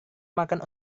makan